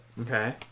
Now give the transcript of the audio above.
Okay